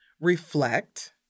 reflect